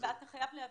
אתה חייב להבין.